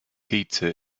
pizza